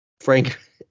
Frank